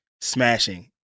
smashing